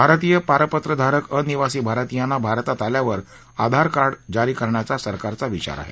भारतीय पारपत्र धारक अनिवासी भारतीयांना भारतात आल्यावर आधार कार्ड जारी करण्याचा सरकारचा विचार आहे